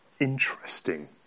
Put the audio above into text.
interesting